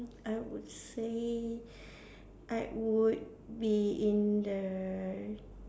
I would say I would be in the